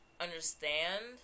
understand